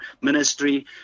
ministry